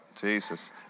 Jesus